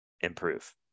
improve